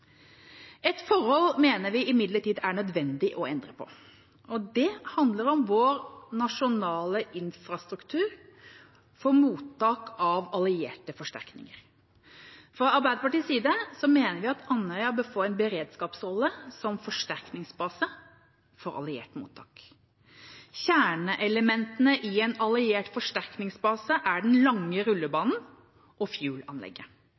forhold mener vi imidlertid er nødvendig å endre på, og det handler om vår nasjonale infrastruktur for mottak av allierte forsterkninger. Fra Arbeiderpartiets side mener vi at Andøya bør få en beredskapsrolle som forsterkningsbase for alliert mottak. Kjerneelementene i en alliert forsterkningsbase er den lange rullebanen og